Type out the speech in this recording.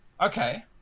Okay